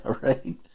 right